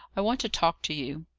i want to talk to you.